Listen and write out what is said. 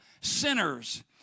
sinners